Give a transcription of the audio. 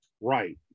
right